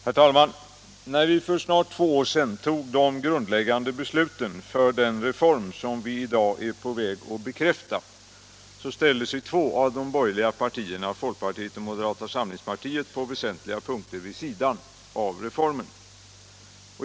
Herr talman! När vi för snart två år sedan tog de grundläggande besluten för den reform vi i dag är på väg att bekräfta ställde sig två av de borgerliga partierna, folkpartiet och moderata samlingspartiet, på väsentliga punkter vid sidan av reformen.